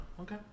Okay